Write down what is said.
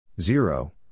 zero